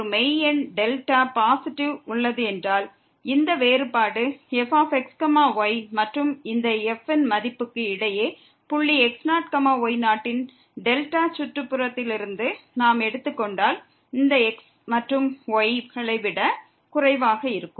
ஒரு மெய் எண் டெல்டா பாசிட்டிவ் உள்ளது என்றால் இந்த வேறுபாடு fx y மற்றும் இந்த f ன் மதிப்புக்கு இடையே புள்ளி x0 y0 யின் டெல்டா சுற்றுப்புறத்திலிருந்து நாம் எடுத்துக்கொண்டால் இந்த x மற்றும் y களை விட குறைவாக இருக்கும்